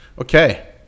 Okay